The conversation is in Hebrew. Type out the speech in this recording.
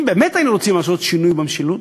אם באמת היינו רוצים לעשות שינוי במשילות,